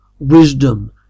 Wisdom